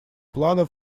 плана